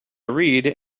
read